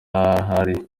ahari